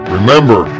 Remember